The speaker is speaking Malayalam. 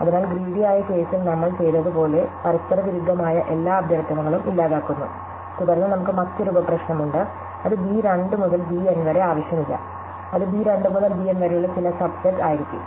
അതിനാൽ ഗ്രീടി ആയ കേസിൽ നമ്മൾ ചെയ്തതുപോലെ പരസ്പരവിരുദ്ധമായ എല്ലാ അഭ്യർത്ഥനകളും ഇല്ലാതാക്കുന്നു തുടർന്ന് നമുക്ക് മറ്റൊരു ഉപപ്രശ്നമുണ്ട് അത് b 2 മുതൽ b N വരെ ആവശ്യമില്ല അത് b 2 മുതൽ b N വരെയുള്ള ചില സബ് സെറ്റ് ആയിരിക്കും